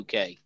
UK